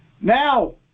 Now